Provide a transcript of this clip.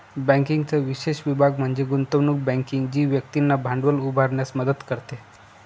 बँकिंगचा विशेष विभाग म्हणजे गुंतवणूक बँकिंग जी व्यक्तींना भांडवल उभारण्यास मदत करते